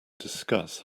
discuss